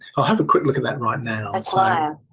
i'll have a quick look at that right now.